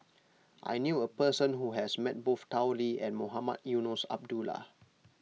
I knew a person who has met both Tao Li and Mohamed Eunos Abdullah